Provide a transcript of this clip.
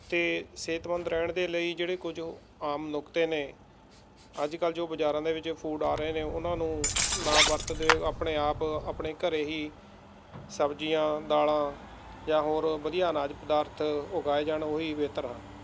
ਅਤੇ ਸਿਹਤਮੰਦ ਰਹਿਣ ਦੇ ਲਈ ਜਿਹੜੇ ਕੁੱਝ ਆਮ ਨੁਕਤੇ ਨੇ ਅੱਜ ਕੱਲ੍ਹ ਜੋ ਬਜ਼ਾਰਾਂ ਦੇ ਵਿੱਚ ਫੂਡ ਆ ਰਹੇ ਨੇ ਉਨ੍ਹਾਂ ਨੂੰ ਨਾ ਵਰਤਦੇ ਆਪਣੇ ਆਪ ਆਪਣੇੇ ਘਰੇ ਹੀ ਸਬਜ਼ੀਆਂ ਦਾਲਾਂ ਜਾਂ ਹੋਰ ਵਧੀਆ ਅਨਾਜ ਪਦਾਰਥ ਉਗਾਏ ਜਾਣ ਉਹੀ ਬਿਹਤਰ ਹਨ